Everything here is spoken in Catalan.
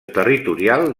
territorial